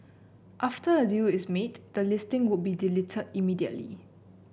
after a deal is made the listing would be deleted immediately